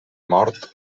mort